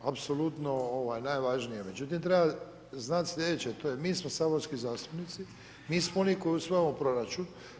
Apsolutno najvažnije, međutim, treba znati sljedeće, mi smo saborski zastupnici, mi smo oni koji usvajamo proračun.